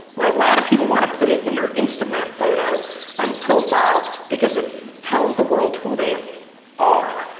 where a lot of people wanna put it in their instagram photo and profile because it tells the world who they are.